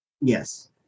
Yes